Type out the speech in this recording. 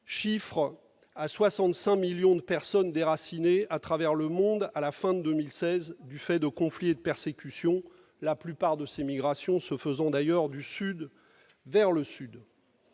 estime à 65 millions le nombre de personnes déracinées à travers le monde à la fin de l'année 2016, du fait de conflits et de persécutions, la plupart de ces migrations se faisant d'ailleurs du Sud vers le Sud.